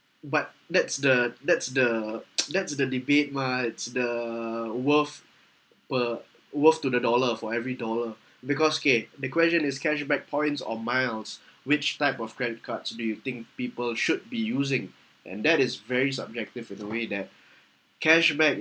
but that's the that's the that's the debate mah it's the worth per worth to the dollar for every dollar because okay the question is cashback points or miles which type of credit cards do you think people should be using and that is very subjective for the way that cashback